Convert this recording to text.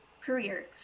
career